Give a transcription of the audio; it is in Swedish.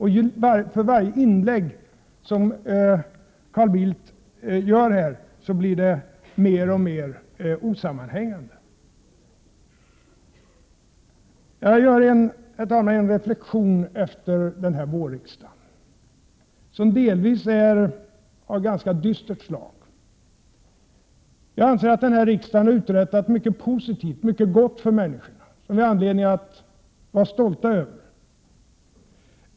Och för varje inlägg som Carl Bildt gör här blir det hela mer och mer osammanhängande. Jag gör, herr talman, en reflexion efter den här vårriksdagen — en reflexion som delvis är av ganska dystert slag. Jag anser att den här riksdagen har uträttat mycket positivt, mycket gott för människorna, vilket vi har anledning att vara stolta över.